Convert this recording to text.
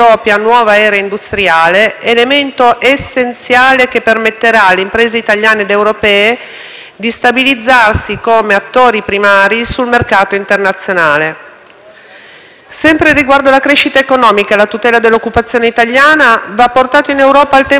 di stabilizzarsi come attori primari sul mercato internazionale. Sempre riguardo alla crescita economica e la tutela dell'occupazione italiana, va portato in Europa il tema della lotta alla contraffazione, un fenomeno che arreca decine di miliardi di danni al nostro sistema economico.